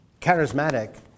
charismatic